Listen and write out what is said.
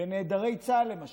בנעדרי צה"ל, למשל,